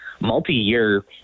multi-year